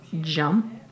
jump